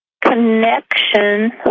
connection